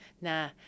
Nah